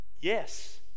Yes